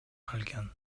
алган